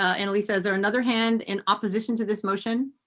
analisa is there another hand in opposition to this motion?